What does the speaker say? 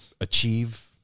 achieve